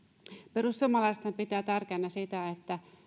perussuomalaisethan pitää tärkeänä sitä